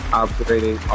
operating